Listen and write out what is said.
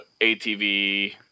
ATV